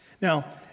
Now